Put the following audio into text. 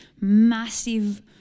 massive